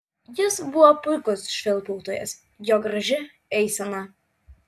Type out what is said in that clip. jis buvo puikus švilpautojas jo graži eisena